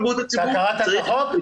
הצעת החוק?